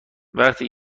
وقتی